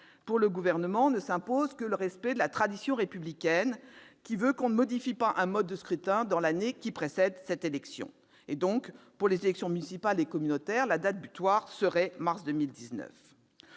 Au Gouvernement ne s'impose que le respect de la tradition républicaine, qui veut que l'on ne modifie pas un mode de scrutin dans l'année qui précède l'élection concernée. Pour les élections municipales et communautaires, la date butoir est donc fixée